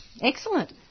excellent